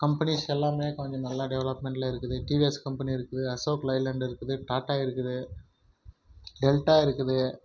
companies எல்லாமே கொஞ்சம் நல்லா டெவலப்மெண்டில் இருக்குது டிவிஎஸ் கம்பெனி இருக்குது அசோக் லைலேண்ட் இருக்குது டாடா இருக்குது டெல்டா இருக்குது